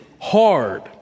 hard